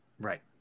Right